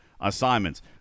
assignments